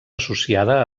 associada